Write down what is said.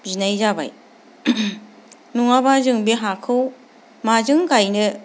बिनाय जाबाय नङाब्ला जों बे हाखौ माजों गायनो